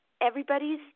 everybody's